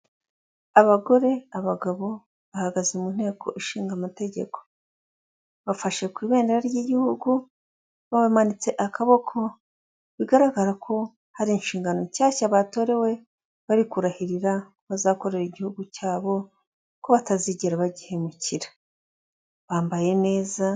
Abagore, abagabo bahagaze mu nteko ishinga amategeko, bafashe ku ibendera ry'igihugu babamanitse akaboko bigaragara ko hari inshingano nshyashya batorewe bari kurahirira bazakorera igihugu cyabo ko batazigera bagihemukira, bambaye neza.